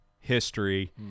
history